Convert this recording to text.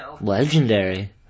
Legendary